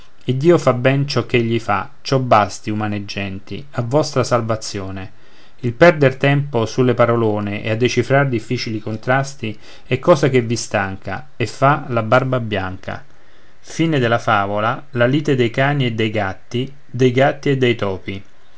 iddio fa ben ciò ch'egli fa ciò basti umane genti a vostra salvazione il perder tempo sulle parolone e a decifrar difficili contrasti è cosa che vi stanca e fa la barba bianca e